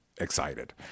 excited